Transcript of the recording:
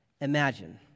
imagine